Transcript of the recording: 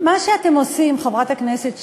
מה שאתם עושים, חברת הכנסת שקד,